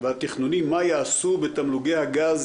והתכנוני מה יעשו בתמלוגי הגז